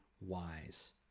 wise